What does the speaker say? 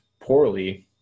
poorly